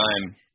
time